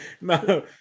No